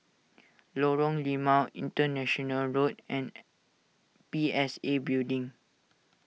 Lorong Limau International Road and P S A Building